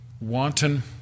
wanton